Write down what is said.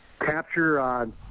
capture